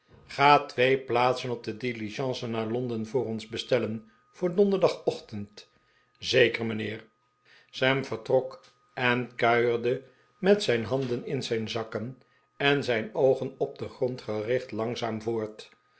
ga twee plaatsen op de diligence naar londen voor ons bestellen voor donderdagochtend zeker mijnheer sam vertrok en kuierde met zijn handen in zijn zakken en zijn oogen op den grond gericht langzaam voort